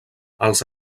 als